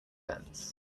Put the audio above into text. fence